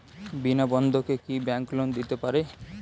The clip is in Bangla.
বিনা বন্ধকে কি ব্যাঙ্ক লোন দিতে পারে?